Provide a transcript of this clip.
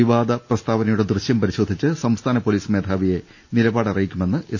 വിവാദ പ്രസ്താവനയുടെ ദൃശ്യം പരിശോധിച്ച് സംസ്ഥാന പൊലീസ് മേധാവിയെ നിലപാട് അറിയിക്കുമെന്നും എസ്